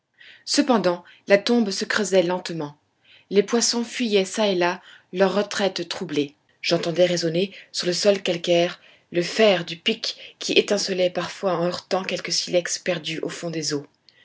cependant la tombe se creusait lentement les poissons fuyaient çà et là leur retraite troublée j'entendais résonner sur le sol calcaire le fer du pic qui étincelait parfois en heurtant quelque silex perdu au fond des eaux